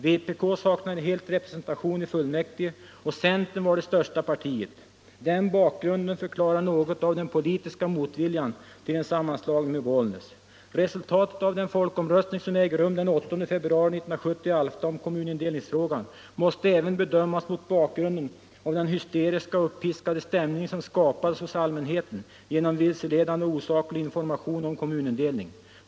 Vpk saknade helt representation i fullmäktige och centern var det största partiet. Den bakgrunden förklarar något av den politiska motviljan mot en sammanslagning med Bollnäs. Resultatet av den folkomröstning som ägde rum den 8 februari 1970 i Alfta om kommunindelningsfrågan måste även bedömas mot bakgrunden av den hysteriska och uppiskade stämning som skapades hos allmänheten genom vilseledande och osaklig information om kommunindelningen.